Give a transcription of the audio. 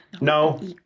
No